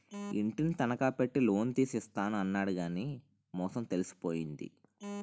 ఇంటిని తనఖా పెట్టి లోన్ తీసి ఇస్తాను అన్నాడు కానీ మోసం తెలిసిపోయింది